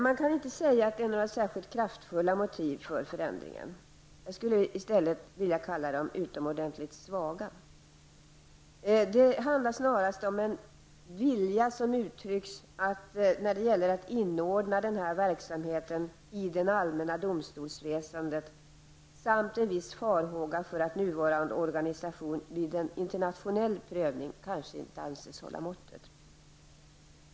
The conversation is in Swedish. Man kan inte säga att det finns några särskilt kraftfulla motiv för förändringen, utan jag skulle i stället vilja kalla dem utomordentligt svaga. Det är snarast fråga om en vilja att inordna denna verksamhet i det allmänna domstolsväsendet samt en viss farhåga för att nuvarande organisation vid en internationell prövning kanske inte anses hålla måttet.